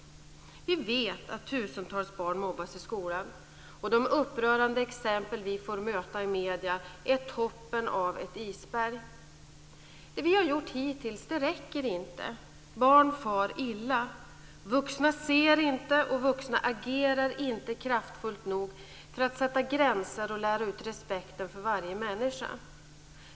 Vi vet att tusentals barn mobbas i skolan. Och de upprörande exempel vi får möta i medierna är toppen av ett isberg. Det vi har gjort hittills räcker inte. Barn far illa. Vuxna ser inte, och vuxna agerar inte kraftfullt nog för att sätta gränser och lära ut respekten för varje människa.